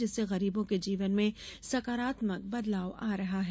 जिससे गरीबों के जीवन में सकारात्मक बदलाव आ रहा है